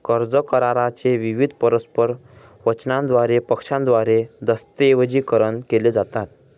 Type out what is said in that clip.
कर्ज करारा चे विविध परस्पर वचनांद्वारे पक्षांद्वारे दस्तऐवजीकरण केले जातात